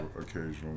occasionally